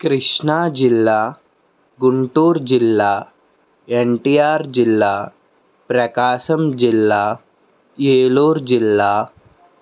కృష్ణాజిల్లా గుంటూరు జిల్లా ఎన్టిఆర్ జిల్లా ప్రకాశం జిల్లా ఏలూరు జిల్లా